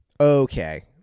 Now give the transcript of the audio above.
Okay